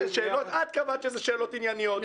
את קבעת שאלה שאלות ענייניות,